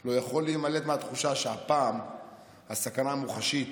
לא יכול להימלט מהתחושה שהפעם הסכנה מוחשית,